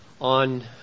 on